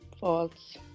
false